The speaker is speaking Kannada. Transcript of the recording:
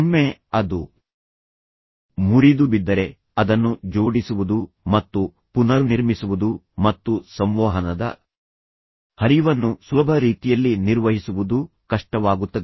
ಒಮ್ಮೆ ಅದು ಮುರಿದುಬಿದ್ದರೆ ಅದನ್ನು ಜೋಡಿಸುವುದು ಮತ್ತು ಪುನರ್ನಿರ್ಮಿಸುವುದು ಮತ್ತು ಸಂವಹನದ ಹರಿವನ್ನು ಸುಲಭ ರೀತಿಯಲ್ಲಿ ನಿರ್ವಹಿಸುವುದು ಕಷ್ಟವಾಗುತ್ತದೆ